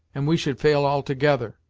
and we should fail altogether.